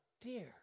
dear